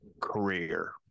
career